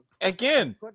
Again